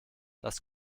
das